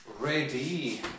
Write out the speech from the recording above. ready